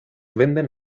venden